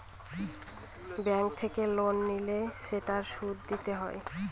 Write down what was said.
bank থেকে loan নিলে সেটার সুদ দিতে হয়